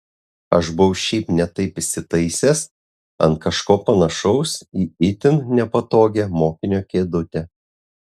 aš buvau šiaip ne taip įsitaisęs ant kažko panašaus į itin nepatogią mokinio kėdutę